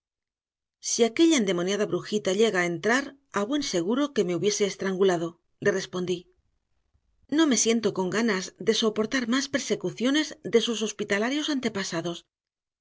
si aquella endemoniada brujita llega a entrar a buen seguro que me hubiese estrangulado le respondí no me siento con ganas de soportar más persecuciones de sus hospitalarios antepasados